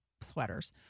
sweaters